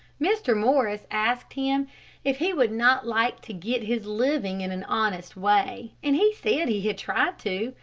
mr. morris asked him if he would not like to get his living in an honest way, and he said he had tried to,